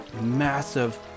massive